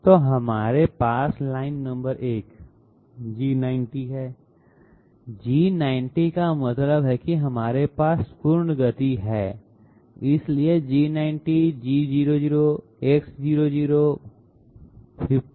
तो हमारे पास लाइन नंबर 1 G90 है G90 का मतलब है कि हमारे पास पूर्ण गति है इसलिए G90 G00 X0055 और Y2030 है